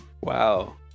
Wow